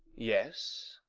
yes,